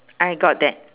I got that